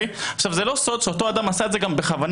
זה לא סוד שאותו אדם עשה את זה בכוונת